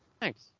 Thanks